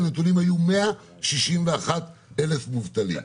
הנתונים היו 161,000 מובטלים.